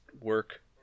work